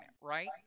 right